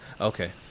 Okay